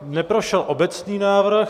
Neprošel obecný návrh.